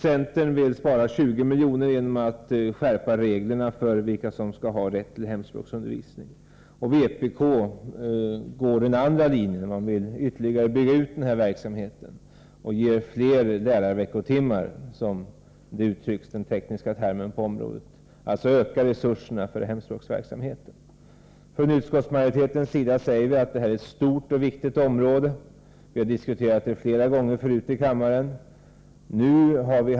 Centern vill spara 20 milj.kr. genom att skärpa reglerna för vilka som skall ha rätt till hemspråksundervisning. Vpk går på den andra linjen och vill ytterligare bygga ut verksamheten och bevilja fler lärarveckotimmar, som den tekniska termen är, dvs. öka resurserna för hemspråksundervisningen. Från utskottsmajoritetens sida säger vi att detta är ett stort och viktigt område som vi har diskuterat flera gånger förut här i kammaren.